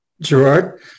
Gerard